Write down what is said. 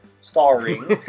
starring